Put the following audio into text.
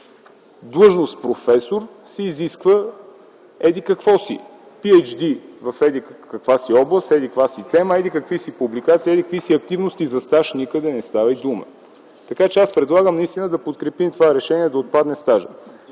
длъжност „професор” се изисква еди-какво си, PHD в еди-каква си област, еди-каква си тема, еди-какви си публикации, еди-какви си активности, а за стаж никъде не става и дума. Предлагам наистина да подкрепим решението да отпадне стажът.